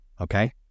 okay